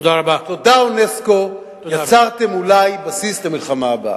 תודה, אונסק"ו, יצרתם אולי בסיס למלחמה הבאה.